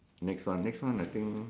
next one next one I think